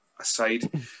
aside